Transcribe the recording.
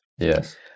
Yes